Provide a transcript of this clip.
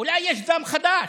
אולי יהיה דם חדש.